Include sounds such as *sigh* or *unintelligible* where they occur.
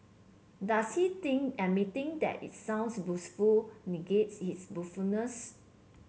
does he think admitting that it sounds boastful negates his *unintelligible*